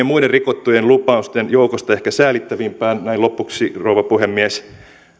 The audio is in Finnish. muiden rikottujen lupausten joukosta ehkä säälittävimpään näin lopuksi rouva puhemies